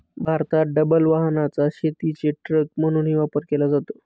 भारतात डबल वाहनाचा शेतीचे ट्रक म्हणूनही वापर केला जातो